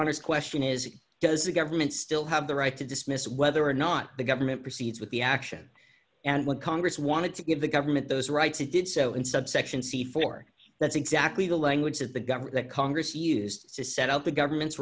honest question is does the government still have the right to dismiss whether or not the government proceeds with the action and when congress wanted to give the government those rights it did so in subsection c for that's exactly the language of the government that congress used to set up the government's